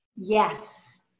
Yes